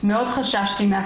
אני מדבר על מצב של